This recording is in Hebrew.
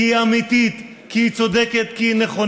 כי היא אמיתית, כי היא צודקת, כי היא נכונה.